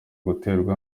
guterwa